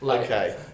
Okay